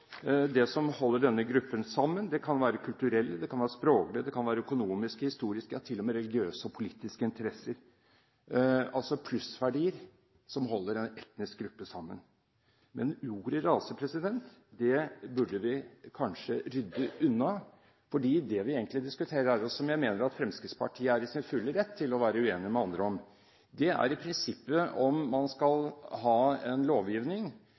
det som holder denne gruppen sammen. Det kan være kulturelle, språklige, økonomiske, historiske, til og med religiøse og politiske interesser – altså plussverdier – som holder en etnisk gruppe sammen. Men ordet «rase» burde vi kanskje rydde unna. Det vi egentlig diskuterer her, og som jeg mener Fremskrittspartiet er i sin fulle rett til å være uenig med andre om, er i prinsippet om man skal ha en lovgivning